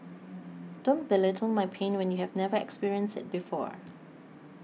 don't belittle my pain when you have never experienced it before